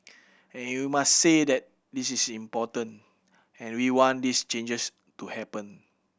and you must say that this is important and we want these changes to happen